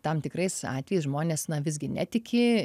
tam tikrais atvejais žmonės visgi netiki